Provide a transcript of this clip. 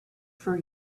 for